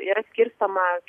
yra skirstoma